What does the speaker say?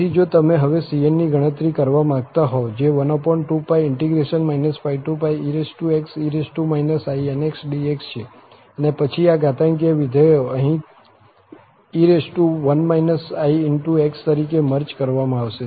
તેથી જો તમે હવે cn ની ગણતરી કરવા માંગતા હોવ જે 12∫ exe inxdx છે અને પછી આ ઘાતાંકીય વિધેયો અહીં ex તરીકે મર્જ કરવામાં આવશે